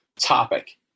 topic